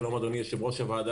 שלום יושב-ראש הוועדה,